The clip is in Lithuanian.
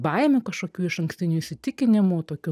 baimių kažkokių išankstinių įsitikinimų tokių